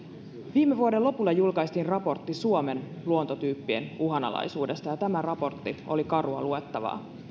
viime vuoden lopulla julkaistiin raportti suomen luontotyyppien uhanalaisuudesta ja tämä raportti oli karua luettavaa